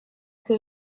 que